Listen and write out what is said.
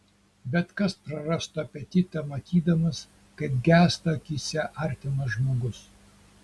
bet kas prarastų apetitą matydamas kaip gęsta akyse artimas žmogus